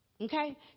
Okay